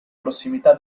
prossimità